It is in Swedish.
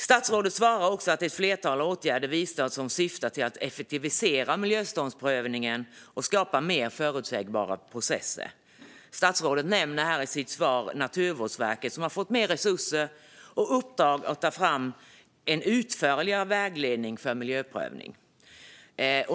Statsrådet svarar också att ett flertal åtgärder vidtas som syftar till att effektivisera miljötillståndsprövningen och skapa mer förutsägbara processer. Statsrådet nämner Naturvårdsverket i sitt svar. Det har fått mer resurser och uppdrag att ta fram en utförligare vägledning för miljöprövning.